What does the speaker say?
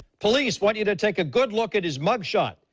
police want you to take a good look at his mug shot.